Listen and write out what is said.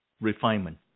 refinement